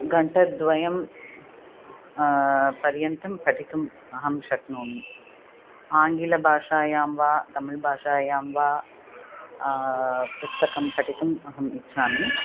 घण्टाद्वयपर्यन्तं पठितुम् अहं शक्नोमि आङ्गिलभाषायां वा तमिळ्भाषायां वा पुस्तकं पठितुम् अहम् इच्छामि